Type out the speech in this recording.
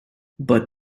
but